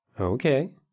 Okay